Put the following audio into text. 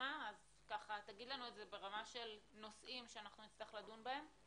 פנימה אז תגיד לנו את זה ברמה של נושאים שנצטרך לדון בהם.